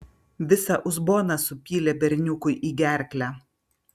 visą uzboną supylė berniukui į gerklę